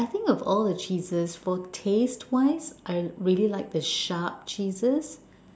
I think of all the cheeses for taste wise I really like the sharp cheeses